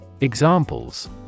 Examples